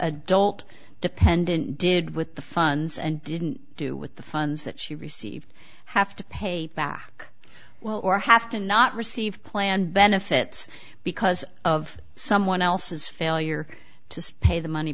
adult dependent did with the funds and didn't do with the funds that she received have to pay back well or have to not receive planned benefits because of someone else's failure to pay the money